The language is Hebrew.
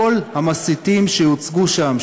כל המסיתים שהוצגו שם,